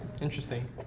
Interesting